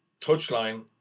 touchline